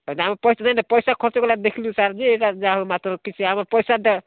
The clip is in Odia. ସେଇଟା ଆମ ପଇସା ଖର୍ଚ୍ଚ କଲାରୁ ଦେଖିଲୁ ସାର୍ ଯେ ଏଇଟା ଯାହା ହେଉ ମାତ୍ର କିଛି ଆମ ପଇସାଟା